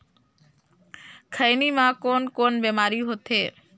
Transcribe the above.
खैनी म कौन कौन बीमारी होथे?